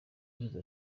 yagize